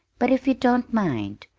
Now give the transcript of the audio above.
but if you don't mind,